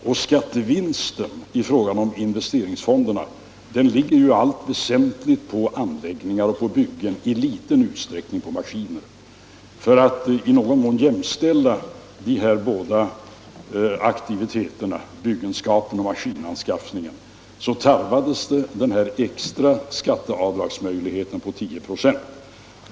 Och skattevinsterna i fråga om fonderna ligger ju i allt väsentligt på anläggningar och på byggen, i liten utsträckning på maskiner. För att i någon mån jämställa dessa båda aktiviteter, byggenskap och maskinanskaffning, tarvades denna ex 167 tra avdragsmöjlighet på 10 96.